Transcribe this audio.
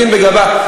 בבקשה,